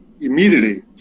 immediately